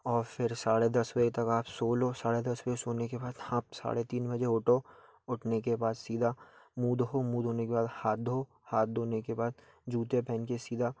और फ़िर साढ़े दस बजे तक आप सो लो साढ़े दस बजे सोने के बाद आप साढ़े तीन बजे उठो उठने के बाद सीधा मुँह धो मुँह धोने के बाद हाथ धो हाथ धोने के बाद जूते पहन के सीधा